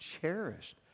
cherished